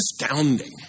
astounding